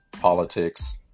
politics